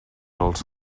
els